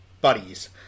buddies